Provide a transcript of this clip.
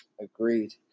Agreed